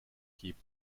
keep